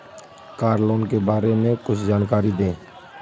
Car loan के बारे में कुछ जानकारी दें?